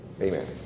Amen